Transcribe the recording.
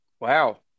Wow